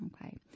okay